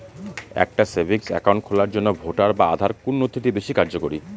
একটা savings account খোলার জন্য ভোটার বা আধার কোন নথিটি বেশী কার্যকরী?